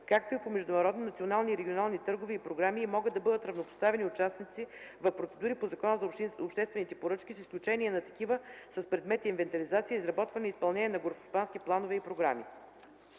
както и по международни, национални и регионални търгове и програми, и могат бъдат равнопоставени участници в процедури по Закона за обществените поръчки, с изключение на такива с предмет инвентаризация, изработване и изпълнение на горскостопански планове и програми.”